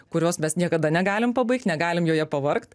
kurios mes niekada negalim pabaigt negalim joje pavargt